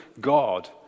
God